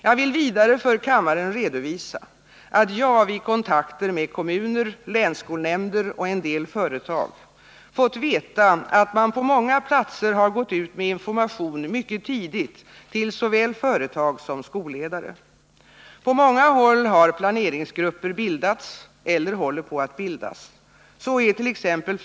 Jag vill vidare för kammaren redovisa att jag vid kontakter med kommuner, länsskolnämnder och en del företag fått veta att man på många platser har gått ut med information mycket tidigt till såväl företag som skolledare. På många håll har planeringsgrupper bildats eller håller på att bildas. Så ärt.ex.